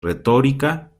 retórica